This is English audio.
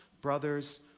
brothers